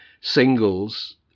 singles